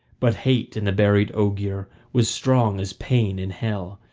but hate in the buried ogier was strong as pain in hell,